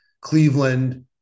Cleveland